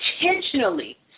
intentionally